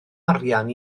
arian